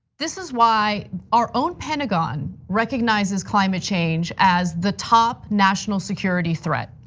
this is why our own pentagon recognizes climate change as the top national security threat.